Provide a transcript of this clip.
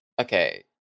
Okay